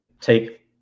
take